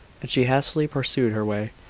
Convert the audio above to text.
and she hastily pursued her way.